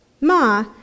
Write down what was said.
Ma